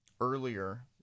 earlier